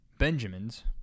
Benjamin's